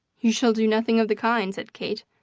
you shall do nothing of the kind, said kate.